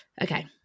Okay